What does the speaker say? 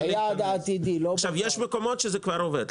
יש מקומות שזה כבר עובד.